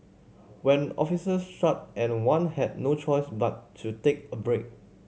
when offices shut and one had no choice but to take a break